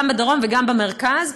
גם בדרום וגם במרכז,